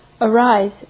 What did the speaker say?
Arise